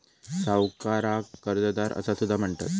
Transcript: सावकाराक कर्जदार असा सुद्धा म्हणतत